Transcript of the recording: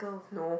no